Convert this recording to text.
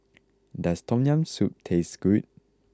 does Tom Yam Soup taste good